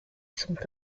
sont